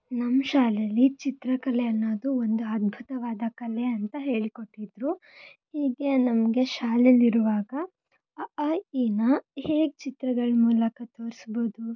ನಮ್ಮ ಶಾಲೆಯಲ್ಲಿ ಚಿತ್ರಕಲೆ ಅನ್ನೋದು ಒಂದು ಅದ್ಭುತವಾದ ಕಲೆ ಅಂತ ಹೇಳಿಕೊಟ್ಟಿದ್ರು ಹೀಗೆ ನಮಗೆ ಶಾಲೆಲ್ಲಿ ಇರುವಾಗ ಅ ಆ ಇ ಈ ನ ಹೇಗೆ ಚಿತ್ರಗಳ ಮೂಲಕ ತೋರಿಸ್ಬೋದು